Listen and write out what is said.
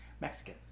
Mexican